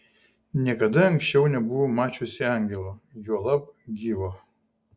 niekada anksčiau nebuvau mačiusi angelo juolab gyvo